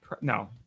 No